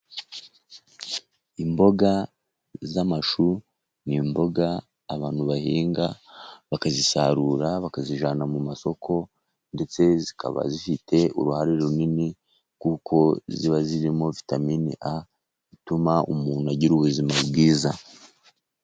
Imboga z'amashu ni imboga abantu bahinga bakazisarura, bakazijyana mu masoko ndetse zikaba zifite uruhare runini, kuko ziba zirimo vitamine zituma umuntu agira ubuzima bwiza.